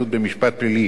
המרשיע את הנאשם,